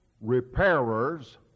repairers